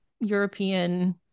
European